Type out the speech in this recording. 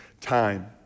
time